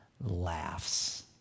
laughs